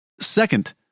Second